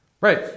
Right